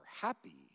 happy